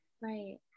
right